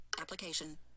Application